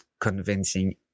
convincing